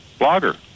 blogger